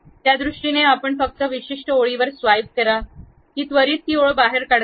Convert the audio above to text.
त्या दृष्टीने आपण फक्त विशिष्ट ओळीवर स्वाइप करा ती त्वरित ती ओळ काढून टाकते